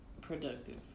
productive